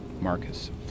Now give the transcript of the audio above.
Marcus